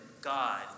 God